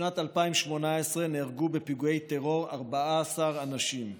בשנת 2018 נהרגו בפיגועי טרור 14 אנשים.